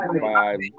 five